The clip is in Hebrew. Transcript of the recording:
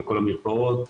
בכל המרפאות,